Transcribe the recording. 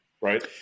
right